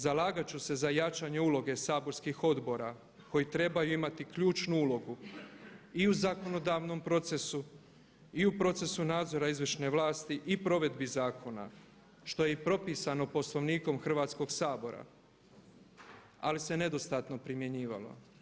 Zalagat ću se za jačanje uloge saborskih odbora koji trebaju imati ključnu ulogu i u zakonodavnom procesu i u procesu nadzora izvršne vlasti i provedbi zakona što je i propisano Poslovnikom Hrvatskog sabora, ali se nedostatno primjenjivalo.